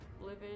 living